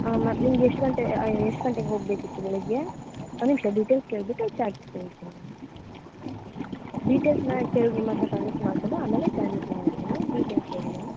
ಹಾಂ ಮ್ಯಾಮ್ ನಿಮಗೆ ಎಷ್ಟು ಗಂಟೆ ಎಷ್ಟು ಗಂಟೆಗೆ ಹೋಗಬೇಕಿತ್ತು ಬೆಳಗ್ಗೆ ಒನ್ ನಿಮಿಷ ಡೀಟೇಲ್ಸ್ ಕೇಳಿಬಿಟ್ಟು ಚಾರ್ಜ್ ತಿಳಿಸ್ತೀನಿ ಡೀಟೇಲ್ಸ್ನ ಕೇಳಿ ನಿಮ್ಮಹತ್ರ ಕಲೆಕ್ಟ್ ಮಾಡ್ಕೊಂಡು ಆಮೇಲೆ ಚಾರ್ಜಸ್ನ ಹೇಳ್ತೀನಿ ಡೀಟೇಲ್ಸ್ ಹೇಳಿ ಮ್ಯಾಮ್